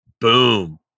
Boom